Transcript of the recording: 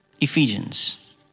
Ephesians